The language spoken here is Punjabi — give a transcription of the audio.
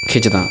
ਖਿੱਚਦਾ